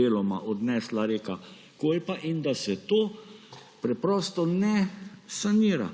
deloma odnesla reka Kolpa. In da se to preprosto ne sanira,